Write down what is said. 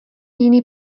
jiný